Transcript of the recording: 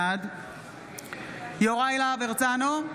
בעד יוראי להב הרצנו,